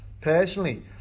Personally